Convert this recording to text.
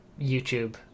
YouTube